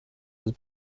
was